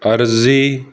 ਅਰਜ਼ੀ